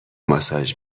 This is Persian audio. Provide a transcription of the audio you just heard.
ماساژ